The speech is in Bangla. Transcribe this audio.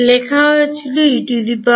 লেখা হয়েছিল En